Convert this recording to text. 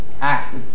act